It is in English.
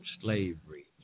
slavery